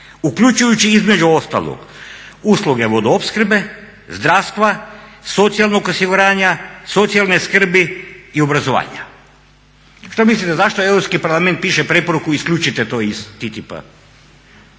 uključujući između ostalog usluge vodoopskrbe, zdravstva, socijalnog osiguranja, socijalne skrbi i obrazovanja. Što mislite zašto Europski parlament piše preporuku isključite to iz TTIP-a?